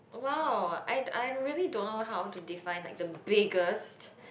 !wow! I I really don't know how to define like the biggest